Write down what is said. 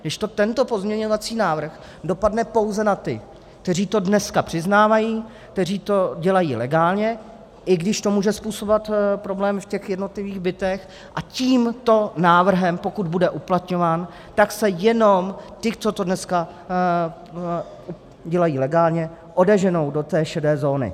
Kdežto tento pozměňovací návrh dopadne pouze na ty, kteří to dneska přiznávají, kteří to dělají legálně, i když to může způsobovat problémy v těch jednotlivých bytech, a tímto návrhem, pokud bude uplatňován, se jenom ti, co to dneska dělají legálně, odeženou do té šedé zóny.